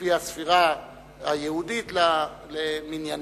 לפי הספירה היהודית למניינם.